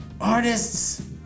Artists